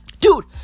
Dude